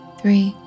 three